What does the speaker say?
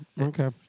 okay